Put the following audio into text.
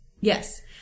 Yes